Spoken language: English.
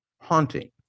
Haunting